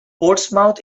portsmouth